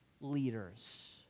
leaders